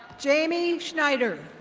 jamie snyder.